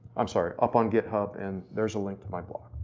i'm sorry, up on github and there's a link to my blog.